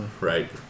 Right